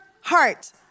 heart